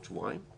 עוד שבועיים,